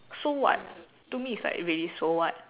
so what to me it's like really so what